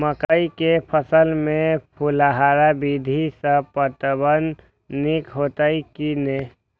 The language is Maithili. मकई के फसल में फुहारा विधि स पटवन नीक हेतै की नै?